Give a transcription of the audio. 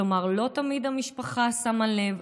כלומר לא תמיד המשפחה שמה לב,